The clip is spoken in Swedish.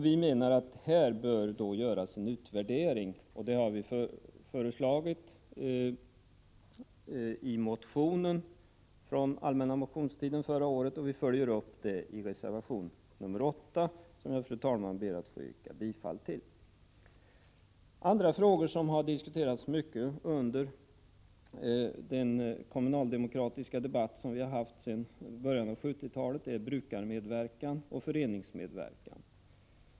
Vi menar att här bör göras en utvärdering, och det har vi föreslagit i en motion från den allmänna motionstiden förra året. Vi följer upp detta i reservation 8, som jag, fru talman, ber att få yrka bifall till. Andra frågor som har diskuterats mycket under den kommunaldemokratiska debatt som vi har fört sedan början av 1970-talet är brukarmedverkan och föreningsmedverkan.